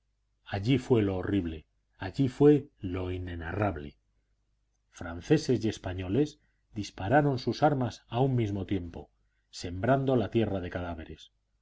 allí fue lo horrible allí fue lo inenarrable franceses y españoles dispararon sus armas a un mismo tiempo sembrando la tierra de cadáveres